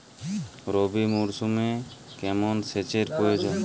রবি মরশুমে কেমন সেচের প্রয়োজন?